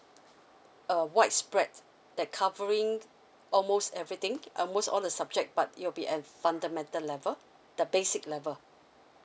a wide spread that covering almost everything almost all the subject but it will be at fundamental level the basic level